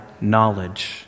knowledge